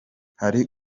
hari